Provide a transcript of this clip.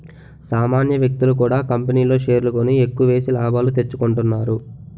సామాన్య వ్యక్తులు కూడా కంపెనీల్లో షేర్లు కొని ఎక్కువేసి లాభాలు తెచ్చుకుంటున్నారు